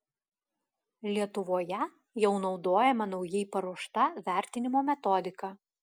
lietuvoje jau naudojama naujai paruošta vertinimo metodika